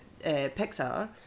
pixar